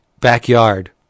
backyard